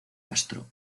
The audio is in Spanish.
castro